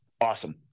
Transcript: awesome